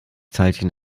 teilchen